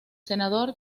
senador